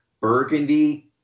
burgundy